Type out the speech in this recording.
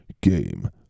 game